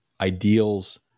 ideals